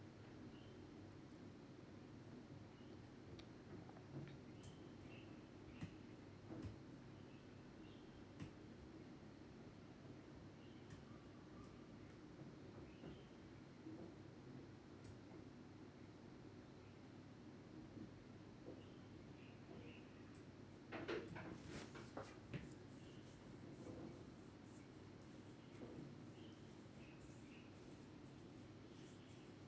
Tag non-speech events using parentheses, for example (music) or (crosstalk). (noise)